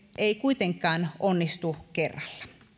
ei kuitenkaan onnistu kerralla